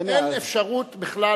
אין אפשרות בכלל,